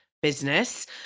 business